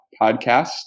podcast